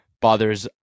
bothers